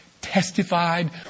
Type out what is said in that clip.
testified